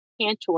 Cantor